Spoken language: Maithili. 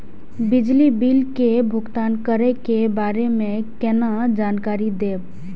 बिजली बिल के भुगतान करै के बारे में केना जानकारी देब?